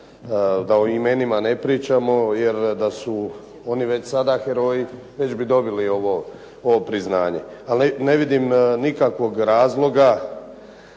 da o imenima ne pričamo, jer da su oni već sada heroji, već bi dobili ovo priznanje. Ali ne vidim nikakvog razloga